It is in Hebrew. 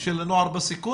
תקציב להזנה, יש,